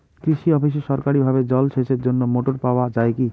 কৃষি অফিসে সরকারিভাবে জল সেচের জন্য মোটর পাওয়া যায় কি?